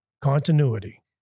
continuity